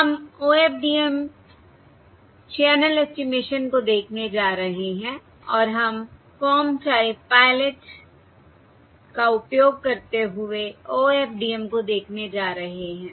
हम OFDM channel estimation को देखने जा रहे हैं और हम कॉम टाइप पायलट का उपयोग करते हुए OFDM को देखने जा रहे हैं